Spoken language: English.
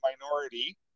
minority